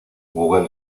google